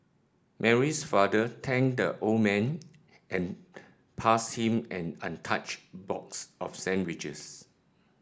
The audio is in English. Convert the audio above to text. Mary's father thanked the old man and passed him an untouched box of sandwiches